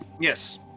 Yes